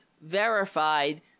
verified